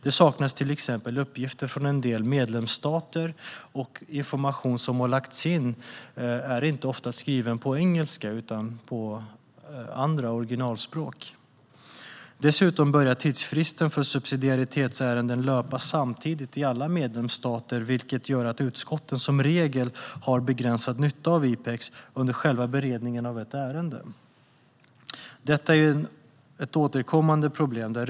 Det saknas till exempel uppgifter från en del medlemsstater, och information som har lagts in är ofta inte skriven på engelska utan på andra originalspråk. Dessutom börjar tidsfristen för subsidiaritetsärenden löpa samtidigt i alla medlemsstater, vilket gör att utskotten som regel har begränsad nytta av IPEX under själva beredningen av ett ärende. Detta är ett återkommande problem.